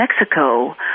Mexico